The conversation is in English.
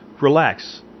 Relax